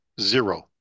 Zero